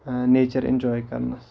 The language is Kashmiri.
نیچر ایٚنجاے کرنَس